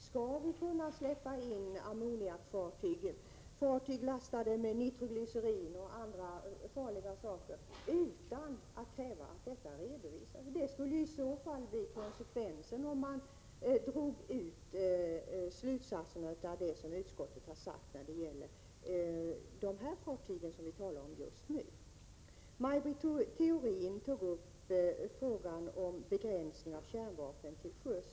Skall vi kunna skeppa in ammoniakfartyg, fartyg lastade med nitroglycerin och andra farliga saker — utan att kräva att detta redovisas? Det skulle bli resultatet om man drog ut konsekvensen av vad utskottet har sagt när det gäller de fartyg som vi talar om just nu. Maj Britt Theorin tog upp frågan om begränsning av kärnvapen till sjöss.